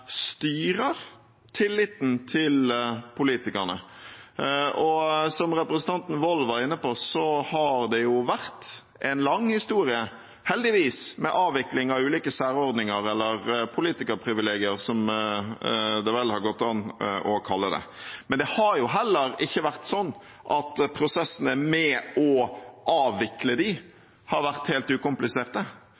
styrer tilliten til politikerne. Som representanten Wold var inne på, har det jo vært en lang historie, heldigvis, med avvikling av ulike særordninger – eller politikerprivilegier, som det vel går an å kalle det. Men det har jo heller ikke vært sånn at prosessene med å avvikle